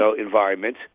environment